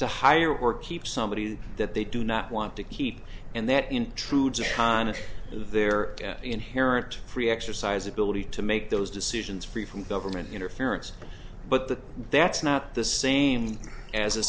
to hire or keep somebody that they do not want to keep and that intrudes upon their inherent free exercise ability to make those decisions free from government interference but that that's not the same as a